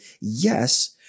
yes